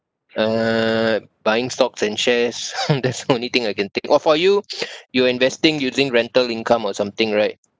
uh buying stocks and shares that's the only thing I can think of for you you're investing using rental income or something right